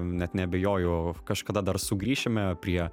net neabejoju kažkada dar sugrįšime prie